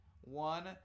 One